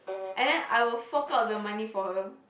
and then I will fork out the money for her